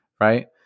right